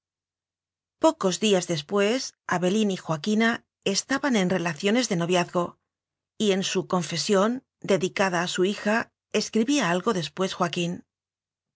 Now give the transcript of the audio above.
pocos días después abelín y joaquina es taban en relaciones de noviazgo y en su confesión dedicada a su hija escribía algo después joaquín